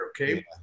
Okay